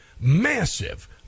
massive